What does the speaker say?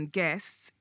guests